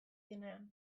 denean